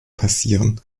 passieren